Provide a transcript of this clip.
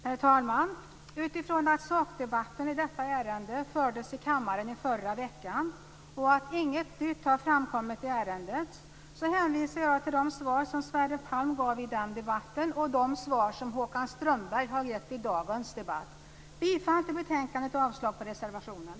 Herr talman! Eftersom sakdebatten i detta ärende fördes i kammaren i förra veckan och ingenting nytt har framkommit i ärendet, hänvisar jag till de besked som Sverre Palm gav i den debatten och till de besked som Håkan Strömberg har givit i dagens debatt. Jag yrkar bifall till utskottets hemställan och avslag på reservationen.